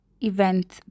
event